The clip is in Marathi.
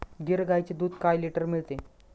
गीर गाईचे दूध काय लिटर मिळते?